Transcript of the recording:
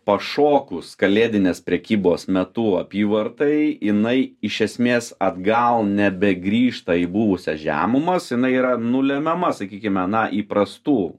pašokus kalėdinės prekybos metu apyvartai jinai iš esmės atgal nebegrįžta į buvusias žemumas jinai yra nulemiama sakykime na įprastų